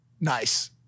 nice